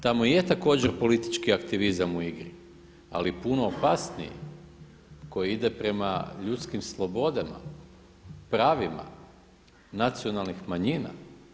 Tamo je također politički aktivizam u igri, ali puno opasniji koji ide prema ljudskim slobodama, pravima nacionalnih manjina.